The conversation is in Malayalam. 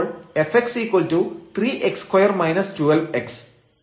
അപ്പോൾ fx3x2 12x